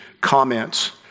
comments